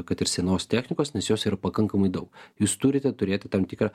kad ir senos technikos nes jos yra pakankamai daug jūs turite turėti tam tikrą